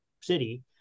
city